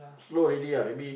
slow already ah maybe